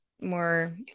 more